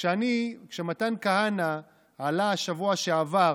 כשמתן כהנא עלה בשבוע שעבר